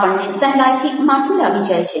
આપણને સહેલાઈથી માઠું લાગી જાય છે